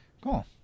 Cool